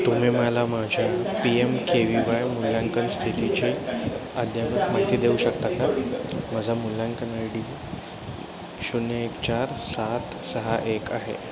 तुम्ही मला माझ्या P M K V Y मूल्यांकन स्थितीचे अद्ययावत माहिती देऊ शकता का माझा मूल्यांकन आय डी शून्य एक चार सात सहा एक आहे